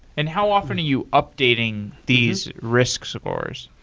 and how often are you updating these risks scores?